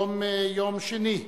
היום יום שני,